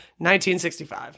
1965